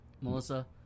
Melissa